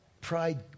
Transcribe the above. Pride